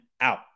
out